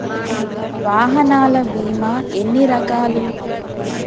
వాహనాల బీమా ఎన్ని రకాలు?